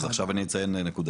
אז עכשיו אני אציין נקודתית.